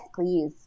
please